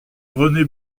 rené